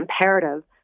imperative